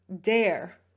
dare